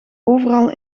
overal